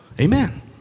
Amen